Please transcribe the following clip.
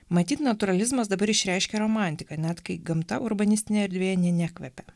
matyt natūralizmas dabar išreiškia romantiką net kai gamta urbanistinėje erdvėje nė nekvepia